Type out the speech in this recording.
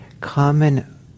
common